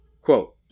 Quote